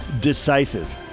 decisive